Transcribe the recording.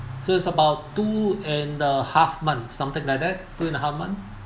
so it's about two and a half months something like that two and a half month